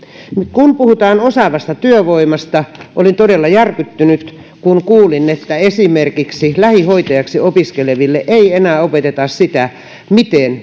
se puhutaan osaavasta työvoimasta ja olin todella järkyttynyt kun kuulin että esimerkiksi lähihoitajaksi opiskeleville ei enää opeteta sitä miten